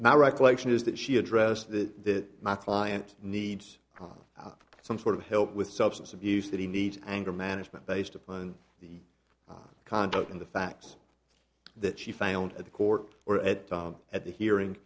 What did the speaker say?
now recollection is that she address that my client needs on some sort of help with substance abuse that he needs anger management based upon the own conduct in the facts that she found at the court or at at the hearing